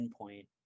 endpoint